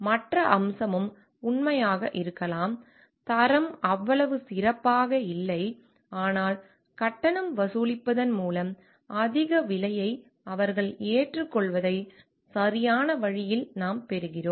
மற்ற அம்சமும் உண்மையாக இருக்கலாம் தரம் அவ்வளவு சிறப்பாக இல்லை ஆனால் கட்டணம் வசூலிப்பதன் மூலம் அதிக விலையை அவர்கள் ஏற்றுக்கொள்வதை சரியான வழியில் நாம் பெறுகிறோம்